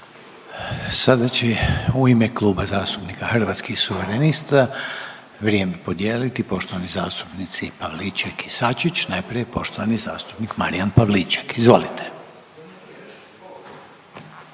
Sada će u ime Kluba zastupnika Hrvatskih suverenista vrijeme podijeliti poštovani zastupnici Pavliček i Sačić, najprije poštovani zastupnik Marijan Pavliček. Izvolite.